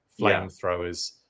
flamethrowers